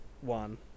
one